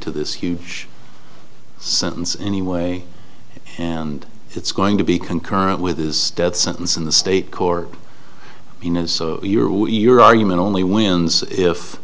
to this huge sentence anyway and it's going to be concurrent with his death sentence in the state court your way your argument only wins if